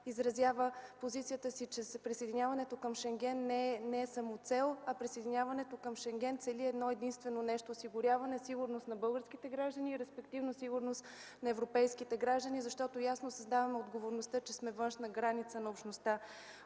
изразява позицията си, че присъединяването към Шенген не е самоцел, а цели осигуряване сигурност на българските граждани, респективно сигурност на европейските граждани, защото ясно съзнаваме отговорността, че сме външна граница на Общността.